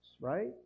right